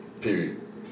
Period